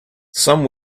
some